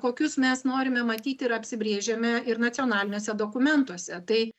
kokius mes norime matyti ir apsibrėžiame ir nacionaliniuose dokumentuose tai